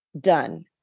done